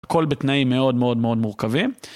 כל בתנאים מאוד מאוד מאוד מורכבים.